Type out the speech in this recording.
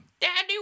Daddy